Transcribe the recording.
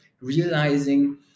realizing